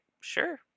sure